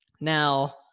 Now